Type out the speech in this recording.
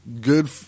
good